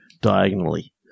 diagonally